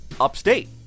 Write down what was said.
upstate